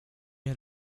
had